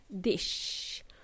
dish